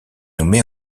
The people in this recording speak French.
nommée